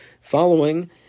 following